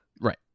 Right